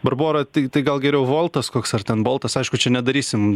barbora tai tai gal geriau voltas koks ar ten boltas aišku čia nedarysim